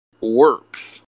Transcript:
works